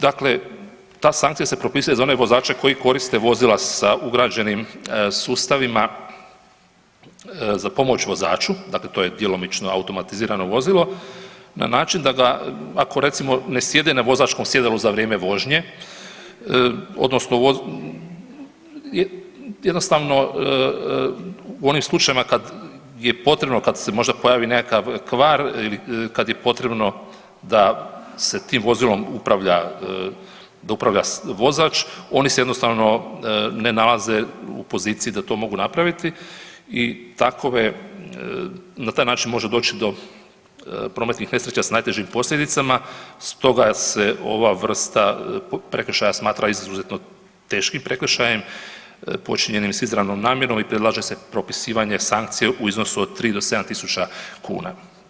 Dakle, ta sankcija se propisuje za one vozače koji koriste vozila sa ugrađenim sustavima za pomoć vozaču, dakle to je djelomično automatizirano vozilo na način da ga, ako recimo ne sjede na vozačkom sjedalu za vrijeme vožnje, odnosno jednostavno u onim slučajevima kad je potrebno, kad se možda pojavi nekakav kvar ili kad je potrebno da se tim vozilom upravlja vozač, oni se jednostavno ne nalaze u poziciji da to mogu napraviti i takove, na taj način može doći do prometnih nesreća s najtežim posljedicama, stoga se ova vrsta prekršaja smatra izuzetno teškim prekršajem počinjenim s izravnom namjerom i predlaže se propisivanje sankcije u iznosu do 3 do 7 tisuća kuna.